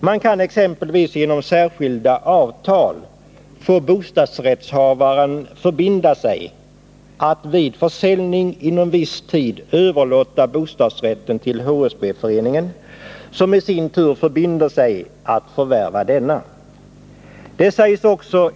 Man kan exempelvis genom särskilda avtal få bostadsrättshavaren att förbinda sig att vid försäljning inom viss tid överlåta bostadsrätten till HSB-föreningen, som i sin tur förbinder sig att förvärva bostadsrätten.